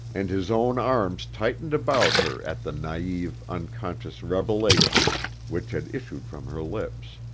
and his own arms tightened about her at the naive, unconscious revelation which had issued from her lips.